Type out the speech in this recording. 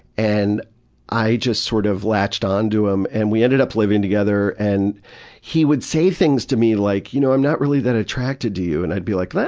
and i just sort of latched on to him, and we ended up living together. and he would say things to me like you know, i'm not really that attracted to you, and i'd be like ah,